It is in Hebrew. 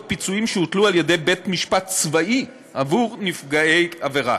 פיצויים שהוטלו על ידי בית משפט צבאי עבור נפגעי עבירה.